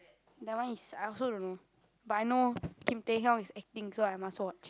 that one is I also don't know but I know Kim-Tae-Hyung is acting so I must watch